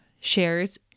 shares